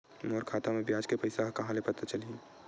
मोर खाता म ब्याज के पईसा ह कहां ले पता चलही?